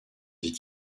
dix